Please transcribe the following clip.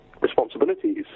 responsibilities